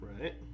Right